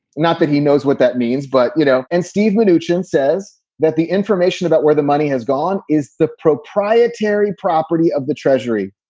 not that he knows what that means. but, you know, and steve manoogian says that the information about where the money has gone is the proprietary property of the treasury